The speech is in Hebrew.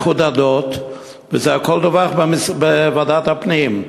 מחודדות, והכול דווח בוועדת הפנים.